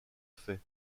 faits